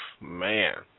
man